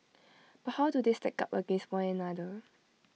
but how do they stack up against one another